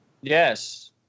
yes